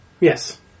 Yes